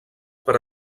per